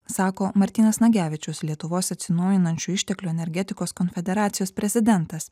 sako martynas nagevičius lietuvos atsinaujinančių išteklių energetikos konfederacijos prezidentas